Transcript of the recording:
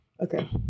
Okay